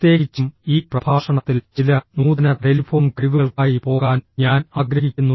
പ്രത്യേകിച്ചും ഈ പ്രഭാഷണത്തിൽ ചില നൂതന ടെലിഫോൺ കഴിവുകൾക്കായി പോകാൻ ഞാൻ ആഗ്രഹിക്കുന്നു